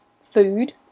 food